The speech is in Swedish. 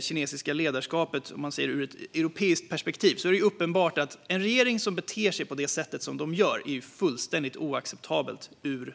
kinesiska ledarskapet och ser det ur ett europeiskt perspektiv är det uppenbart att en regering som beter sig på det sätt som den gör är fullständigt oacceptabel.